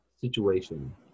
situation